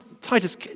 Titus